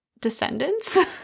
Descendants